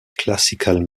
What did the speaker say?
classical